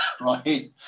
right